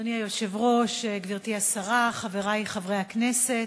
אדוני היושב-ראש, גברתי השרה, חברי חברי הכנסת,